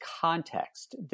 context